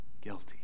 guilty